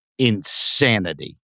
insanity